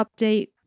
update